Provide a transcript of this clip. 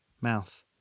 Mouth